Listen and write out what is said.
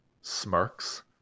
smirks